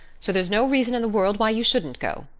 so there's no reason in the world why you shouldn't go.